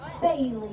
Bailey